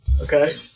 Okay